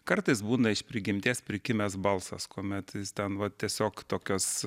kartais būna iš prigimties prikimęs balsas kuomet ten va tiesiog tokios